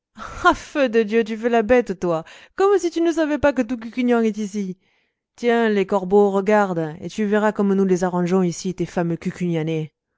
feu de dieu tu fais la bête toi comme si tu ne savais pas que tout cucugnan est ici tiens laid corbeau regarde et tu verras comme nous les arrangeons ici tes fameux